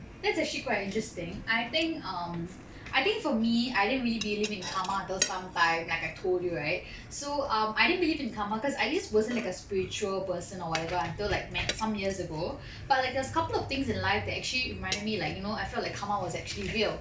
that's actually quite interesting I think um I think for me I didn't really believe in karma until some time like I told you right so um I didn't believe in karma cause I just wasn't like a spiritual person or whatever until like some years ago but like there's a couple of things in life that actually reminded me like you know I feel like karma was actually real